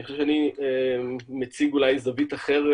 אני חושב שאני מציג זווית אחרת,